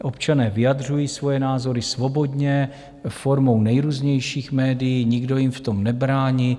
Občané vyjadřují svoje názory svobodně formou nejrůznějších médií, nikdo jim v tom nebrání.